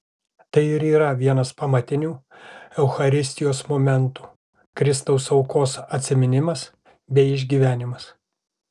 tai ir yra vienas pamatinių eucharistijos momentų kristaus aukos atsiminimas bei išgyvenimas